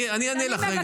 אני אענה לך רגע.